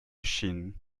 chine